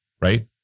right